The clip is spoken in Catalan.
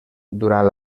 durant